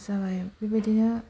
जाबाय बेबादिनो